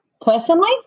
personally